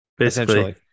Essentially